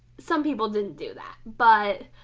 some people didn't do that but